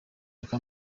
kendra